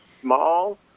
small